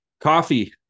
coffee